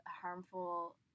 harmful